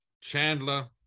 Chandler